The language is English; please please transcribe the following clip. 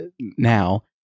now